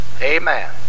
Amen